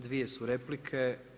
Dvije su replike.